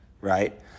right